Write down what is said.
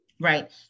right